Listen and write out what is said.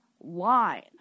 line